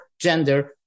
gender